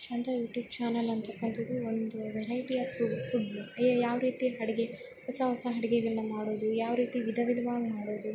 ಶಾಂತ YouTube channel ಅಂತಕಂಥದ್ದು ಒಂದು variety of food ಎ ಯಾವ ರೀತಿ ಅಡಿಗೆ ಹೊಸ ಹೊಸ ಅಡ್ಗೆಗಳ್ನ ಮಾಡೋದು ಯಾವ ರೀತಿ ವಿಧವಿಧವಾಗ್ ಮಾಡೋದು